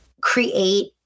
create